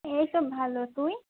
এই তো ভালো তুই